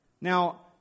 Now